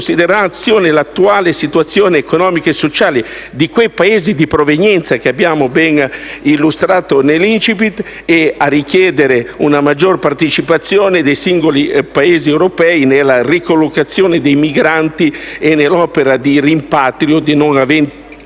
considerazione l'attuale situazione economica e sociale dei Paesi di provenienza, che abbiamo ben illustrato nell'*incipit.* Il fenomeno deve richiedere altresì una maggiore partecipazione dei singoli Paesi europei nella ricollocazione dei migranti e nell'opera di rimpatrio dei non aventi